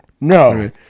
no